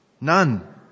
None